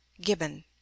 GIBBON